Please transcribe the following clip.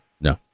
No